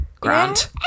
grant